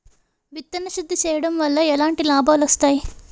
విత్తన శుద్ధి చేయడం వల్ల ఎలాంటి లాభాలు వస్తాయి?